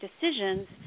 decisions